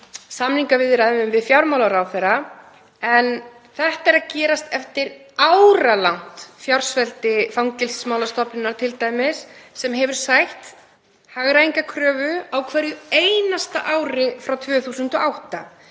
samningaviðræðum við fjármálaráðherra. En þetta er að gerast eftir áralangt fjársvelti Fangelsismálastofnunar t.d. sem hefur sætt hagræðingarkröfu á hverju einasta ári frá 2008.